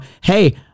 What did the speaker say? hey